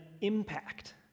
impact